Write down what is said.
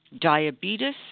diabetes